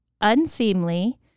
unseemly